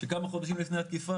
שכמה חודשים לפני התקיפה,